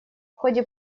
ходе